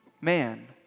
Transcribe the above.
man